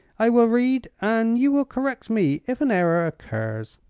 i will read, and you will correct me if an error occurs.